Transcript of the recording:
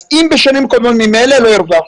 אם בשנים קודמות ממילא לא הרווחת,